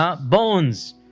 bones